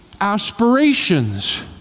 aspirations